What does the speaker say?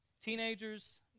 teenagers